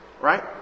right